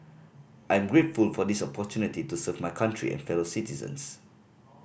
I'm grateful for this opportunity to serve my country and fellow citizens